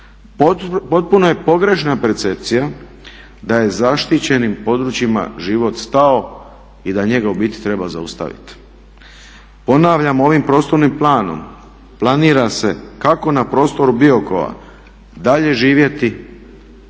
Potpuno je pogrešna percepcija da je zaštićenim područjima život stao i da njega u biti treba zaustaviti. Ponavljam ovim prostornim planom planira se kako na prostoru Biokova dalje živjeti,